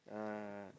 uh